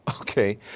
okay